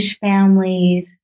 families